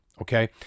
okay